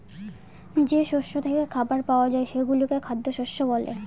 যে শস্য থেকে খাবার পাওয়া যায় সেগুলোকে খ্যাদ্যশস্য বলে